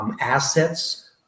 assets